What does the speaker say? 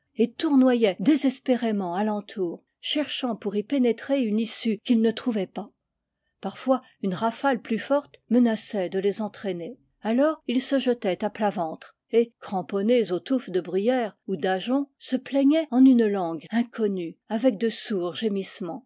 et tournoyaient désespérément à l'entour cherchant pour y pénétrer une issue qu'ils ne trouvaient pas parfois une rafale plus forte menaçait de les entraîner alors ils se jetaient à plat ventre et cramponnés aux touffes de bruyère ou d'ajonc se plaignaient en une langue inconnue avec de sourds gémissements